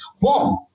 warm